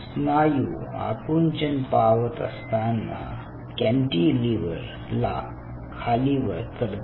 स्नायू आकुंचन पावत असताना कॅन्टीलिव्हर ला खालीवर करते